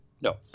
No